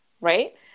right